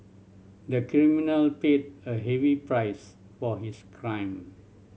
the criminal paid a heavy price for his crime